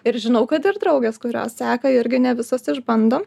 ir žinau kad ir draugės kurios seka irgi ne visos išbando